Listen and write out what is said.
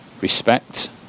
respect